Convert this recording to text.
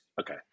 Okay